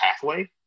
pathway